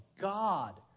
God